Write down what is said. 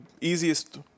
easiest